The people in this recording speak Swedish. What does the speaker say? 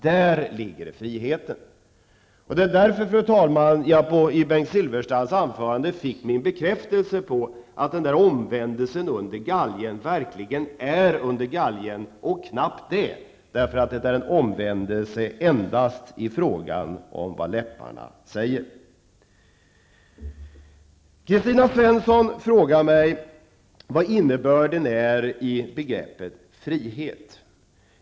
I Bengt Silfverstrands anförande fick jag därför, fru talman, min bekräftelse på att omvändelsen verkligen sker under galgen, och knappt det, då det är en omvändelse endast i fråga om vad läpparna säger. Kristina Svensson frågar mig vad innebörden är av begreppet frihet.